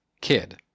kid